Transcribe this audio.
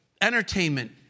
entertainment